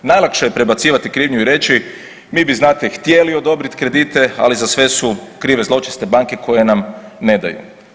Najlakše je prebacivati krivnju i reći mi bi znate htjeli odobrit kredite, ali za sve su krive zločeste banke koje nam ne daju.